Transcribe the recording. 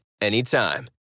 anytime